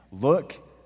look